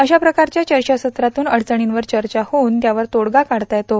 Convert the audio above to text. अशाप्रस्वरच्या चर्चासत्रातन अडचणींवर चर्चा होऊन त्यावर तोडगा काढता येतो